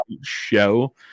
Show